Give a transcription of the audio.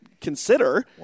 consider